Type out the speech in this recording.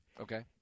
Okay